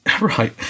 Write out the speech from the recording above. right